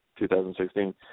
2016